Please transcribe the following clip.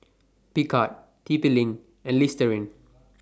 Picard T P LINK and Listerine